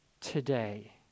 today